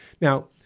Now